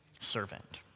servant